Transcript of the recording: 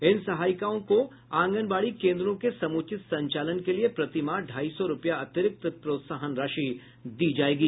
इन सहायिकाओं को आंगनबाड़ी केन्द्रों के समुचित संचालन के लिये प्रतिमाह ढाई सौ रूपया अतिरिक्त प्रोत्साहन राशि दी जायेगी